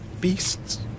beasts